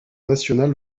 national